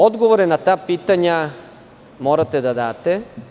Odgovore na ta pitanja morate da date.